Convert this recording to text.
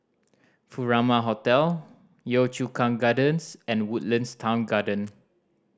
Furama Hotel Yio Chu Kang Gardens and Woodlands Town Garden